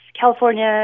California